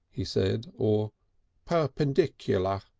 he said, or perpendicular.